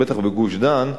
בטח בגוש-דן,